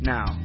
Now